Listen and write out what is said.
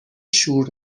شور